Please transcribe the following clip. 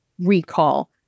recall